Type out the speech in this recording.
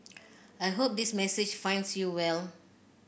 I hope this message finds you well